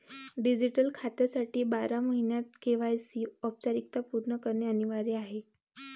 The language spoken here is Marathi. डिजिटल खात्यासाठी बारा महिन्यांत के.वाय.सी औपचारिकता पूर्ण करणे अनिवार्य आहे